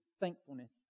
thankfulness